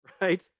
right